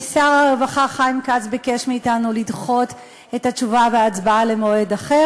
שר הרווחה חיים כץ ביקש מאתנו לדחות את התשובה וההצבעה למועד אחר.